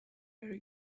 very